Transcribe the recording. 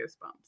goosebumps